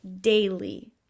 daily